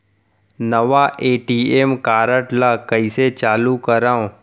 नवा ATM card ल कइसे चालू करव?